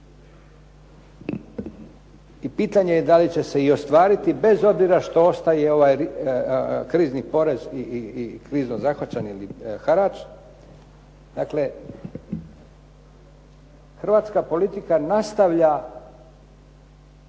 I pitanje da li će se i ostvariti bez obzira što ostaje krizni porez i krizno zahvaćanje ili harač. Dakle, hrvatska politika nastavlja